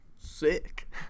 sick